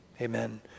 amen